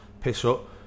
piss-up